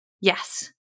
Yes